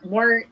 More